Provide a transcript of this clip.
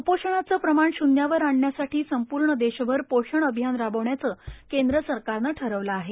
क्पोषणाचे प्रमाण शून्यावर आणण्यासाठी संपूर्ण देशभर पोषण अभियान राबवण्याचे केंद्र सरकारने ठरवले आहे